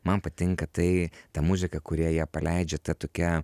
man patinka tai ta muzika kurie ją paleidžia ta tokia